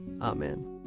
Amen